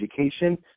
education